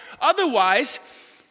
otherwise